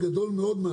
תודה, מקלב.